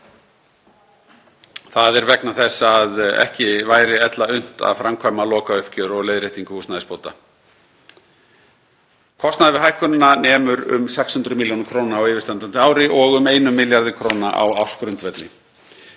Það er vegna þess að ekki væri ella unnt að framkvæma lokauppgjör og leiðréttingu húsnæðisbóta. Kostnaður við hækkunina nemur um 600 millj. kr. á yfirstandandi ári og um 1 milljarði kr. á ársgrundvelli.